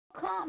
come